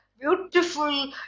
beautiful